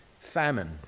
famine